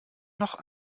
noch